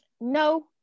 no